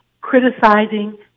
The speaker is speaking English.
criticizing